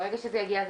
ברגע שזה יגיע,